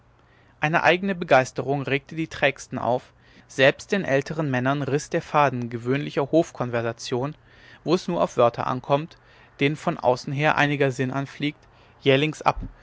eine eigne begeisterung regte die trägsten auf selbst den älteren männern riß der faden gewöhnlicher hofkonversation wo es nur auf wörter ankommt denen von außen her einiger sinn anfliegt jählings ab